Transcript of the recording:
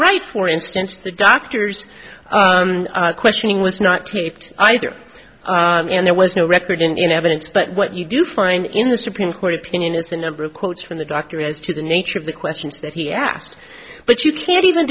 right for instance the doctor's questioning was not taped either and there was no record in evidence but what you do find in the supreme court opinion is the number of quotes from the doctor as to the nature of the questions that he asked but you can't even